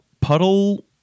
puddle